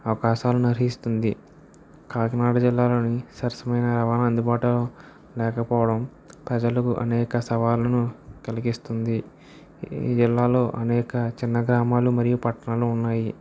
అవకాశాలను హరిస్తుంది కాకినాడ జిల్లాలోని సరసమైన రవాణా అందుబాటులో లేకపోవడం ప్రజలకు అనేక సవాళ్ళను కలిగిస్తుంది ఇళ్లలో అనేక చిన్న గ్రామాలు పట్టణాలు ఉన్నాయి